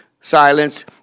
silence